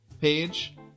page